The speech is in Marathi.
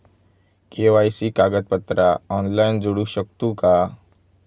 के.वाय.सी कागदपत्रा ऑनलाइन जोडू शकतू का?